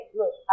look